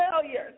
failures